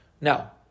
Now